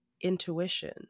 intuition